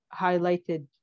highlighted